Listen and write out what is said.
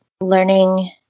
learning